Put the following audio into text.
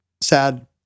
sad